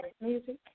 music